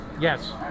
Yes